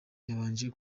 yabanje